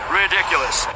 ridiculous